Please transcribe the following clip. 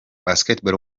basketball